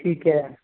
ਠੀਕ ਐ